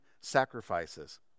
sacrifices